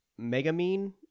Megamine